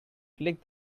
click